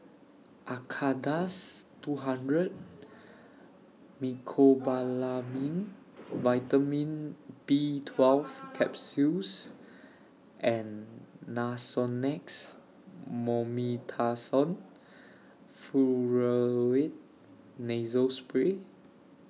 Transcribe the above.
Acardust two hundred Mecobalamin Vitamin B twelve Capsules and Nasonex Mometasone Furoate Nasal Spray